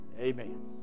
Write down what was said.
amen